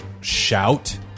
shout